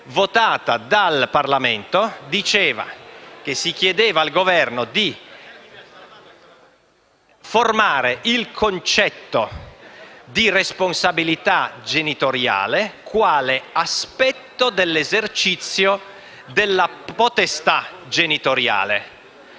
votata dal Parlamento si chiedeva al Governo di formare il concetto di responsabilità genitoriale quale aspetto dell'esercizio della potestà genitoriale.